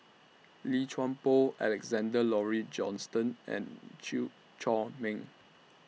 Lim Chuan Poh Alexander Laurie Johnston and Chew Chor Meng